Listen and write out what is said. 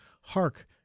Hark